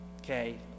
Okay